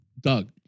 Doug